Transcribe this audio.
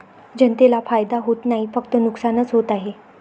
जनतेला फायदा होत नाही, फक्त नुकसानच होत आहे